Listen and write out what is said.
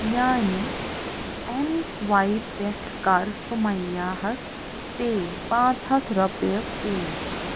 میٛانہِ M swipe پٮ۪ٹھٕ کَر سُمَییاہَس پےٚ پانٛژھ ہَتھ رۄپیہِ پےٚ